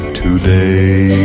today